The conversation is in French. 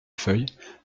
feuille